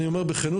אני אומר בכנות,